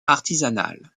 artisanale